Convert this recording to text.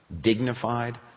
dignified